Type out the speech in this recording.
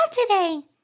today